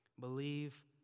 Believe